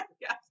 Yes